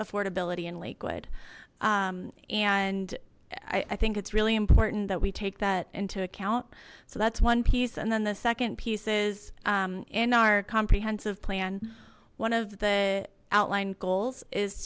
affordability in lakewood and i think it's really important that we take that into account so that's one piece and then the second piece is in our comprehensive plan one of the outlined goals is